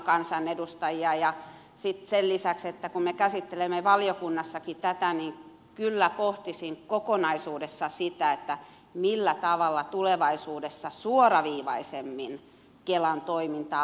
sitten sen lisäksi kun me käsittelemme valiokunnassakin tätä kyllä pohtisin kokonaisuudessaan sitä millä tavalla tulevaisuudessa suoraviivaisemmin kelan toimintaa valvottaisiin